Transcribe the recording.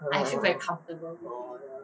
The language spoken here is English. oh ya